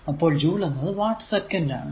അപ്പോൾ ജൂൾ എന്നത് watt second ആണ്